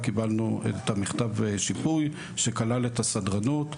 את מכתב השיפוי שכלל את הסדרנות.